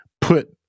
put